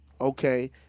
okay